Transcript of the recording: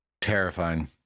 terrifying